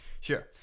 Sure